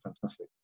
fantastic